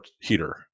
heater